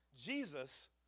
Jesus